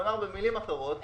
במילים אחרות,